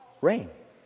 rain